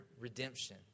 redemption